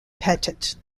pettit